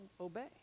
obey